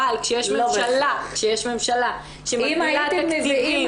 אבל כשיש ממשלה --- אם הייתם מביאים